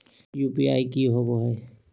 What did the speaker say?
UPI की होवे हय?